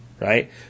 Right